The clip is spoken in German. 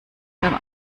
beim